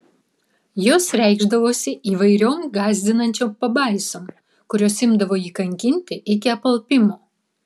jos reikšdavosi įvairiom gąsdinančiom pabaisom kurios imdavo jį kankinti iki apalpimo